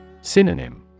Synonym